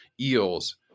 Eels